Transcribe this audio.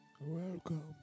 Welcome